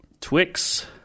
Twix